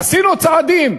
עשינו צעדים.